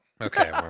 Okay